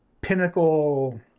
pinnacle